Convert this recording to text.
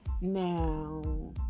Now